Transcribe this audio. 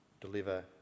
deliver